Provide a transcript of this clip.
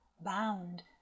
bound